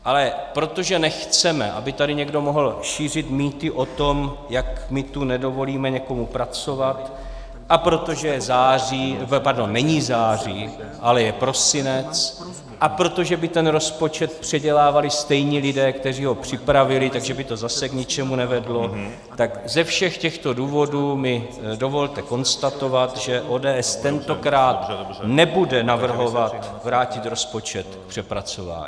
Ale protože nechceme, aby tady někdo mohl šířit mýty o tom, jak tu nedovolíme někomu pracovat, a protože je září pardon, není září, ale je prosinec a protože by ten rozpočet předělávali stejní lidé, kteří ho připravili, takže by to zase k ničemu nevedlo, tak ze všech těchto důvodů mi dovolte konstatovat, že ODS tentokrát nebude navrhovat vrátit rozpočet k přepracování.